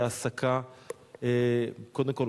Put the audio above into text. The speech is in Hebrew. קודם כול,